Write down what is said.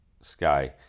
Sky